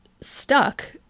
stuck